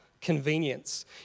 convenience